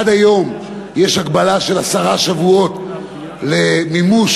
עד היום יש הגבלה של עשרה שבועות למימוש